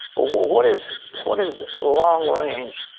what is what is the long-range?